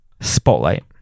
Spotlight